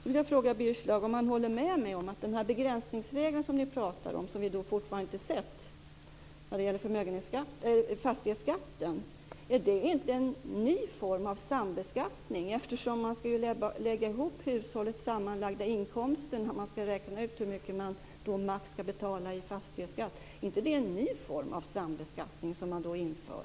Jag vill fråga Birger Schlaug om han håller med mig om att den begränsningsregel som ni pratar om - och som vi fortfarande inte har sett - när det gäller fastighetsskatten är en ny form av sambeskattning. Man ska ju lägga ihop hushållets sammanlagda inkomster när man ska räkna ut hur mycket man max ska betala i fastighetsskatt. Är det inte en ny form av sambeskattning som man inför?